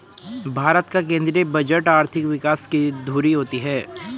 भारत का केंद्रीय बजट आर्थिक विकास की धूरी होती है